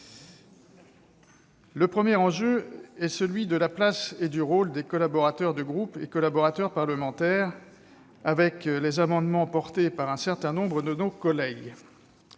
Le premier enjeu est celui de la place et du rôle des collaborateurs de groupe et collaborateurs parlementaires, avec les amendements portés par un certain nombre de nos collègues.